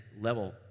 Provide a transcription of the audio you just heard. level